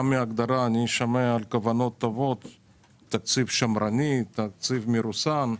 שומע שהתקציב שמרני, שהתקציב מרוסן.